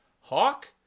Hawk